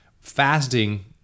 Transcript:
fasting